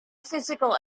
physical